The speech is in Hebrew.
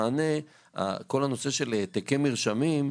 כל הנושא של העתקי מרשמים,